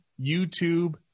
YouTube